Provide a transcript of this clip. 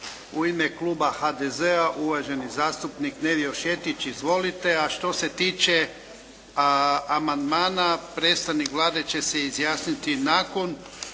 U ime kluba HDZ-a Nevio Šetić. Izvolite. A što se tiče amandmana predstavnik Vlade će se izjasniti nakon